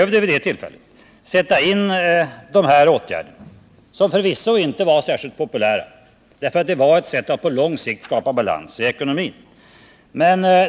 De här åtgärderna var förvisso inte särskilt populära, men det var ett sätt att på lång sikt skapa balans i ekonomin.